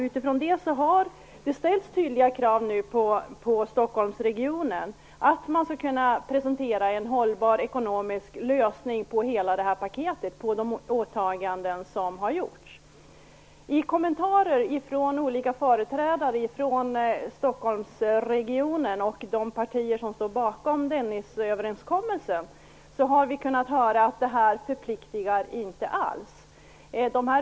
Utifrån det har det ställts tydliga krav på Stockholmsregionen att presentera en hållbar ekonomisk lösning för hela paket och de åtaganden som har gjorts. I kommentarer från olika företrädare för Stockholmsregionen och de partier som står bakom Dennisöverenskommelsen har vi kunnat höra att detta inte alls förpliktar.